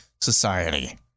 society